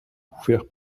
couverts